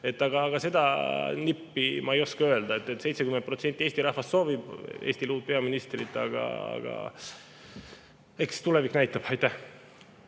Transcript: Aga seda nippi ma ei oska öelda, [mida te küsisite]. 70% Eesti rahvast soovib Eestile uut peaministrit, aga eks tulevik näitab. Aitäh!